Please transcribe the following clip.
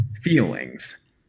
feelings